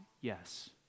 yes